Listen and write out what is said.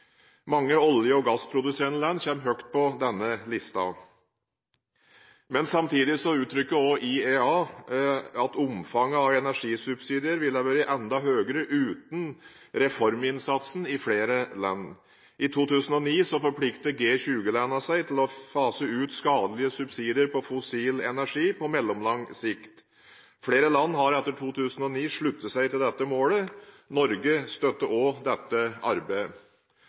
Mange olje- og gassproduserende land kommer høyt på denne listen. Samtidig utrykker IEA også at omfanget av energisubsidier ville vært enda høyere uten reforminnsatsen i flere land. I 2009 forpliktet G20-landene seg til å fase ut skadelige subsidier på fossil energi på mellomlang sikt. Flere land har etter 2009 sluttet seg til dette målet. Også Norge støtter dette arbeidet.